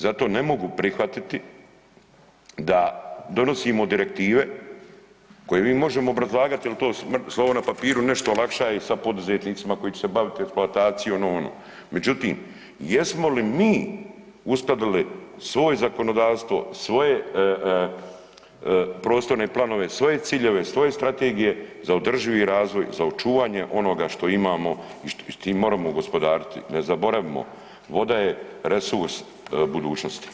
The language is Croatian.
Zato ne mogu prihvatiti da donosimo direktive koje mi možemo obrazlagati ali to su mrtvo slovo na papiru, nešto olakšava i sad poduzetnicima koji će se baviti eksploatacijom, ovo, ono, međutim jesmo li mi uskladili svoje zakonodavstvo, svoje prostorne planove, svoje ciljeve, svoje strategije za održivi razvoj, za očuvanje onoga što imamo i s tim moramo gospodariti, ne zaboravimo, voda je resurs budućnosti.